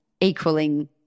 equaling